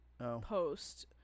post